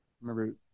Remember